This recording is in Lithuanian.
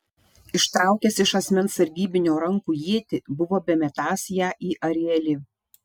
ištraukęs iš asmens sargybinio rankų ietį buvo bemetąs ją į arielį